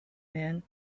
man